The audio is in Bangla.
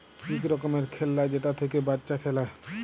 ইক রকমের খেল্লা যেটা থ্যাইকে বাচ্চা খেলে